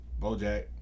Bojack